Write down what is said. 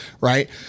right